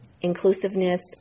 inclusiveness